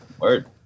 Word